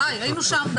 די, היינו שם.